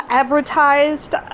advertised